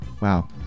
wow